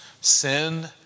Sin